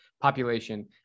population